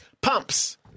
pumps